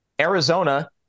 Arizona